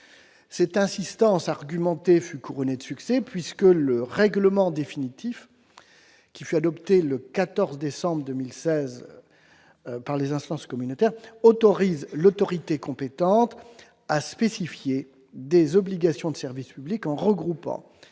Cette insistance argumentée fut couronnée de succès, puisque le règlement définitif adopté le 14 décembre 2016 par les instances communautaires autorise l'autorité compétente à spécifier des obligations de service public en regroupant